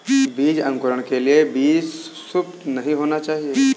बीज अंकुरण के लिए बीज सुसप्त नहीं होना चाहिए